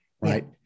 Right